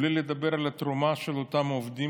בלי לדבר על התרומה של אותם עובדים